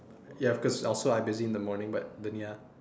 ya because also I'm busy in the morning but then ya